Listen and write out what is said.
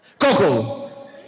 Coco